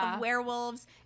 werewolves